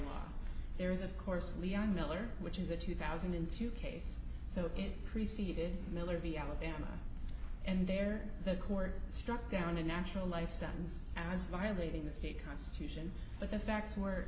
e there is of course leon miller which is a two thousand and two case so it preceded miller b alabama and there the court struck down a natural life sentence as violating the state constitution but the facts were